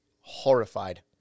horrified